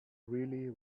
really